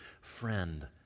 friend